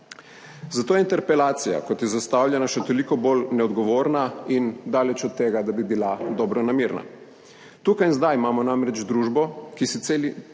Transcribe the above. Zato je interpelacija, kot je zastavljena, še toliko bolj neodgovorna in daleč od tega, da bi bila dobronamerna. Tukaj in zdaj imamo namreč družbo, ki si celi